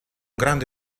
grande